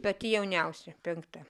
pati jauniausia penkta